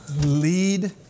lead